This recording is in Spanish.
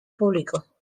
público